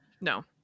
No